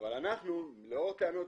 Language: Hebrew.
אבל אנחנו, לאור טענות